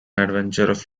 adventures